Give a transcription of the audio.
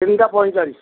ତିନିଟା ପଇଁଚାଳିଶ